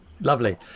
lovely